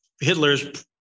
Hitler's